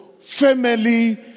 family